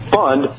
fund